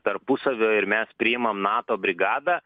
tarpusavio ir mes priimam nato brigadą